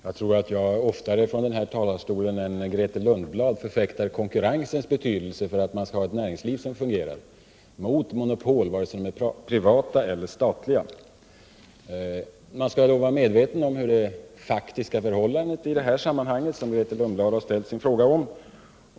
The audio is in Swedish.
Herr talman! Jag tror att jag från denna talarstol oftare än Grethe Lundblad förfäktar konkurrensens betydelse för att man skall ha ett näringsliv som fungerar. Mot monopol, vare sig de är privata eller statliga! Men man skall då vara medveten om det faktiska förhållande som Grethe Lundblad har frågat om.